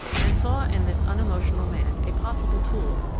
and saw in this unemotional man a possible tool,